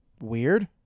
weird